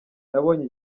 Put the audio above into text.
nabonye